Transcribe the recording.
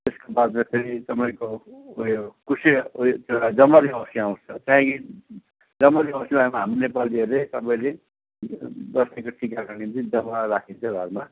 त्यसको बादमा फेरि तपाईँको उयो कुशे उयो जमरे औँसी आउँछ त्यहाँदेखि जमरे औँसीमा अब हामी नेपालीहरूले सबैले दसैँको टिकाको निम्ती जमरा राखिन्छ घरमा